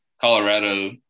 Colorado